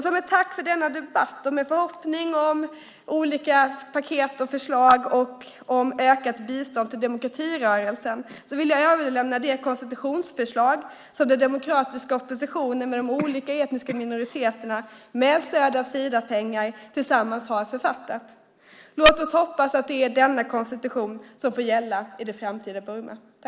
Som ett tack för denna debatt och med en förhoppning om olika paket och förslag om ökat bistånd till demokratirörelsen vill jag överlämna det konstitutionsförslag som den demokratiska oppositionen med de olika etniska minoriteterna med stöd av Sidapengar tillsammans har författat. Låt oss hoppas att det är denna konstitution som får gälla i det framtida Burma.